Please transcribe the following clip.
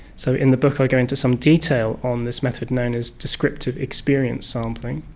so in the book i go into some detail on this method known as descriptive experience sampling,